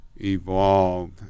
evolved